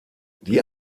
die